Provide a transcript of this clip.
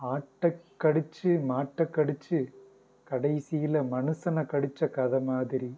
ஆட்டக் கடித்து மாட்டக் கடித்து கடைசியில் மனுசனை கடித்து கதை மாதிரி